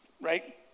Right